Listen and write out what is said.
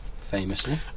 famously